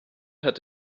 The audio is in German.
hat